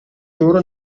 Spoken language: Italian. loro